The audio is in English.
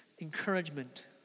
encouragement